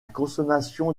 consommation